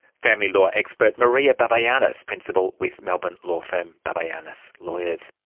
family law expert maria barbayannis, principal with melbourne law firm barbayannis lawyers.